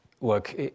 Look